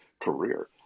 career